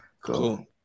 Cool